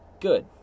good